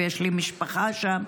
ויש לי משפחה שם,